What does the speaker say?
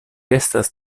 estas